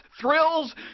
thrills